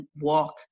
walk